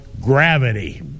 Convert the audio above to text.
gravity